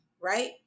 right